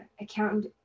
accountant